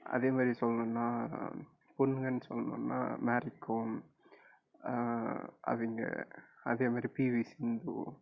அதே மாதிரி சொல்ணும்னா பொண்ணுங்கன்னு சொல்ணுன்னா மேரிகோம் அவங்க அதே மாரி பிவி சிந்து